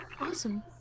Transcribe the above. Awesome